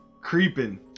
Creeping